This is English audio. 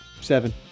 Seven